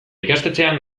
ikastetxean